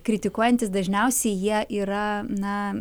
kritikuojantys dažniausiai jie yra na